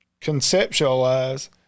conceptualize